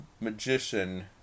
magician